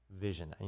vision